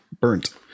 burnt